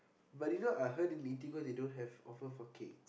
but you know I heard in Eatigo they don't have offer for cake